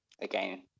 again